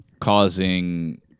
causing